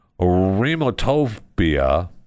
remotopia